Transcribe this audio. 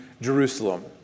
Jerusalem